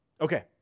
Okay